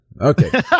Okay